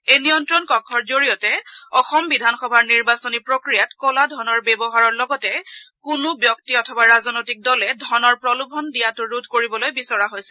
এই নিয়ন্ত্ৰণ কক্ষৰ জৰিয়তে অসম বিধানসভাৰ নিৰ্বাচনী প্ৰক্ৰিয়াত ক'লা ধনৰ ব্যৱহাৰৰ লগতে কোনো ব্যক্তি অথবা ৰাজনৈতিক দলে ধনৰ প্ৰলোভন দিয়াটো ৰোধ কৰিবলৈ বিচৰা হৈছে